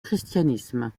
christianisme